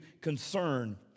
concern